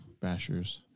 bashers